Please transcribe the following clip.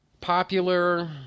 popular